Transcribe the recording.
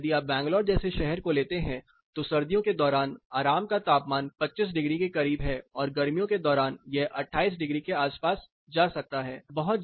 जबकि यदि आप बैंगलोर जैसे शहर को लेते हैं तो सर्दियों के दौरान आराम का तापमान 25 डिग्री के करीब है और गर्मियों के दौरान यह 28 डिग्री के आसपास जा सकता है